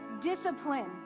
discipline